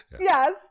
Yes